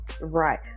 right